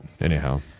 anyhow